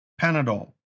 Panadol